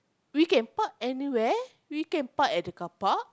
we can park anywhere we can park at the carpark